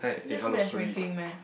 that's matchmaking meh